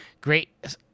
great